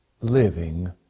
living